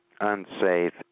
unsafe